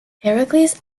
heracles